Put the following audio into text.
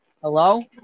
Hello